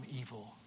evil